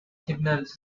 signals